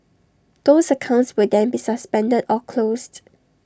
those accounts will then be suspended or closed